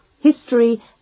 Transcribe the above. History